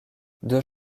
deux